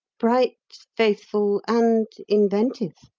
bright, faithful, and inventive.